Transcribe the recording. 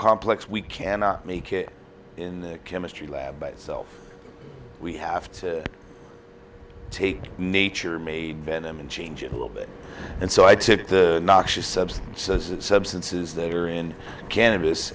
complex we cannot make it in the chemistry lab by itself we have to take nature made venom and change it a little bit and so i took the noxious substances and substances that are in can